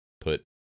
put